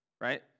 right